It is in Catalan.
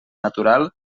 natural